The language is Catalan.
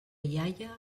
iaia